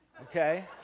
Okay